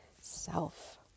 self